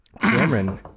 Cameron